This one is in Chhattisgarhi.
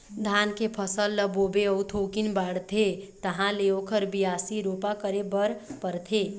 धान के फसल ल बोबे अउ थोकिन बाढ़थे तहाँ ले ओखर बियासी, रोपा करे बर परथे